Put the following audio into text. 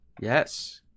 yes